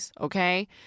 okay